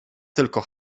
tylko